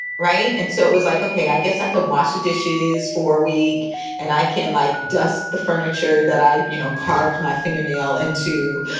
right. and so it was like, ok, i guess i could wash the dishes for a week and i can, like, dust the furniture that i you know carved my fingernail into.